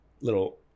little